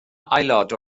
aelod